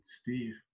Steve